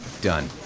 done